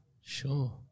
Sure